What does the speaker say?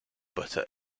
butter